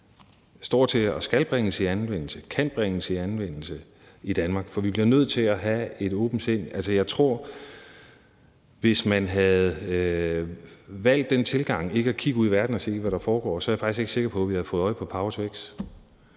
står til at skulle bringes i anvendelse og kan bringes i anvendelse i Danmark, for vi bliver nødt til at have et åbent sind. Altså, hvis man havde valgt den tilgang ikke at kigge ud i verden og se, hvad der foregår, så er jeg faktisk ikke sikker på, at vi havde fået øje på power-to-x,